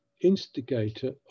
instigator